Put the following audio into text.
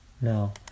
No